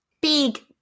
big